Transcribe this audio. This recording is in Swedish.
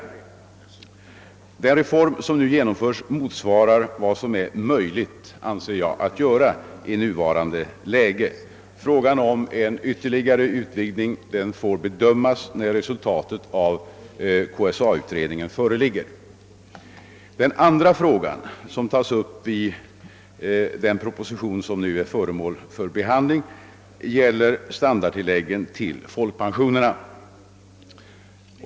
Den reform som nu genomförs motsvarar vad som är möjligt att göra i nuvarande läge. Frågan om en ytterligare utvidgning får bedömas när resultatet av KSA utredningen föreligger. Den andra fråga som tas upp i propositionen gäller standardtilläggen till folkpensionen.